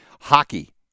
Hockey